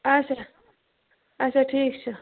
آچھا آچھا ٹھیٖک چھُ